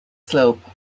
slope